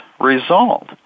result